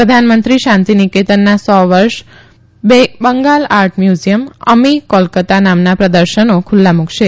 પ્રધાનમંત્રી શાંતીનિકેતનના સો વર્ષ બેંગાલ આર્ટ મ્યુઝીયમ અમી કોલકત્તા નામના પ્રદર્શનો ખુલ્લા મુકશે